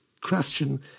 question